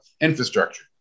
infrastructure